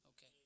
Okay